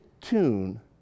tune